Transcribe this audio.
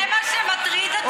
זה מה שמטריד אותך,